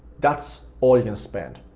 that's all you can spend,